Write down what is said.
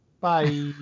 Bye